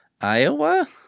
Iowa